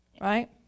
right